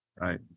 Right